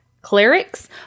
clerics